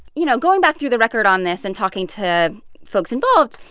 you know, going back through the record on this and talking to folks involved,